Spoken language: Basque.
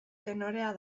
tenorea